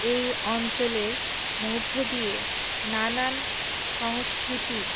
এই অঞ্চলের মধ্য দিয়ে নানান সংস্কৃতির